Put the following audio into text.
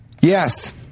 Yes